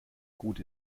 gut